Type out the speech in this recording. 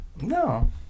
No